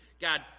God